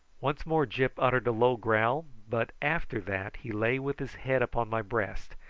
once more gyp uttered a low growl but after that he lay with his head upon my breast,